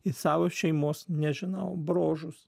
į savo šeimos nežinau bruožus